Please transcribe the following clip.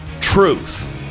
truth